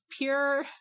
pure